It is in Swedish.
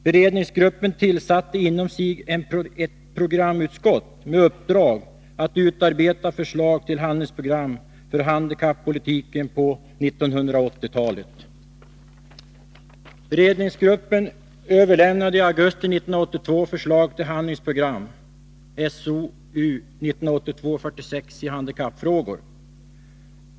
Beredningsgruppen tillsatte inom sig ett programutskott med uppdrag att utarbeta förslag till handlingsprogram för handikappolitiken på 1980-talet. Beredningsgruppen överlämnade i augusti 1982 förslag till handlingsprogram i handikappfrågor.